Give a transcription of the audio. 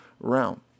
realm